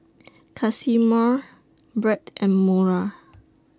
Casimir Bret and Mora